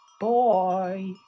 Boy